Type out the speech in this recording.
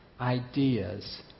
ideas